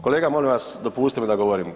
Kolega molim vas, dopustite mi da govorim.